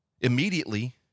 immediately